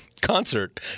concert